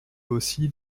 aussi